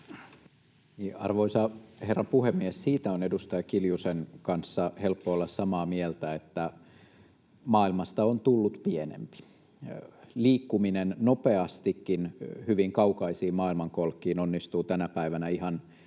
Arvoisa herra puhemies! Siitä on edustaja Kiljusen kanssa helppo olla samaa mieltä, että maailmasta on tullut pienempi. Liikkuminen nopeastikin hyvin kaukaisiin maailmankolkkiin onnistuu tänä päivänä ihan